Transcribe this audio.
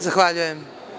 Zahvaljujem.